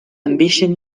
ambition